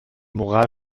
moral